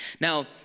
Now